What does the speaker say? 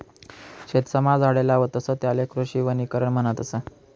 शेतसमा झाडे लावतस त्याले कृषी वनीकरण म्हणतस